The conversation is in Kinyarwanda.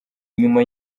nyuma